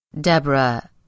Deborah